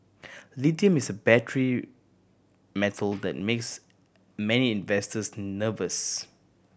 lithium is a battery metal that makes many investors nervous